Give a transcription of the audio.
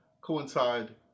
coincide